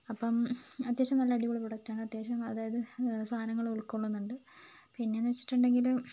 അപ്പം അത്യാവശ്യം നല്ല അടിപൊളി പ്രൊഡക്റ്റ് ആണ് അത്യാവശ്യം അതായത് സാധനങ്ങൾ ഉൾക്കൊള്ളുന്നുണ്ട് പിന്നെ എന്ന് വെച്ചിട്ടുണ്ടെങ്കിൽ